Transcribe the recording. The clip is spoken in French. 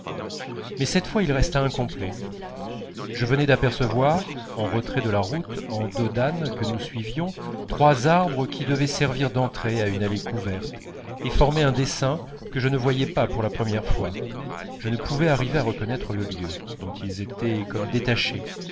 mais cette fois il resta incomplet je venais d'apercevoir en retrait de la route en dos d'âne que nous suivions trois arbres qui devaient servir d'entrée à une allée couverte et formaient un dessin que je ne voyais pas pour la première fois je ne pouvais arriver à reconnaître le lieu dont ils étaient comme détachés